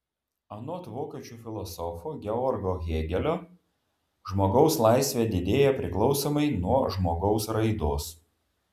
anot vokiečių filosofo georgo hėgelio žmogaus laisvė didėja priklausomai nuo žmogaus raidos